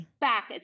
back